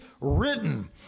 written